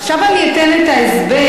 עכשיו אני אתן את ההסבר,